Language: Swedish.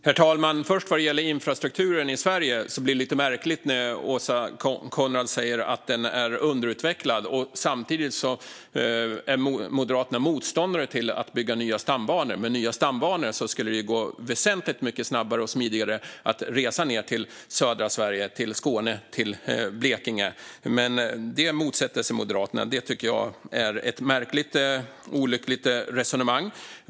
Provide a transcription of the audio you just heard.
Herr talman! Vad gäller infrastrukturen i Sverige blir det lite märkligt när Åsa Coenraads säger att den är underutvecklad, samtidigt som Moderaterna är motståndare till att bygga nya stambanor. Med nya stambanor skulle det ju gå väsentligt mycket snabbare och smidigare att resa ned till södra Sverige, till Skåne och till Blekinge. Men detta motsätter sig Moderaterna, och det tycker jag är ett märkligt och olyckligt resonemang.